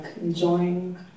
enjoying